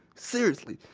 seriously.